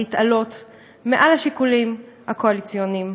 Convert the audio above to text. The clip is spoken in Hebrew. להתעלות מעל השיקולים הקואליציוניים